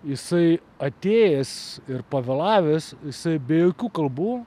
jisai atėjęs ir pavėlavęs jisai be jokių kalbų